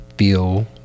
feel